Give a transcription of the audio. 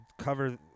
cover